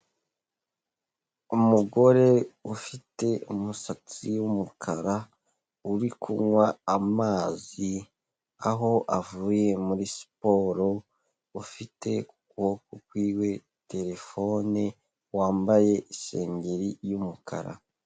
Umugore ufite umusatsi w'umukara uri kunywa amazi, aho avuye muri siporo, ufite mu kuboko kwiwe terefone, wambaye isengeri y'umukara.